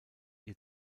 ihr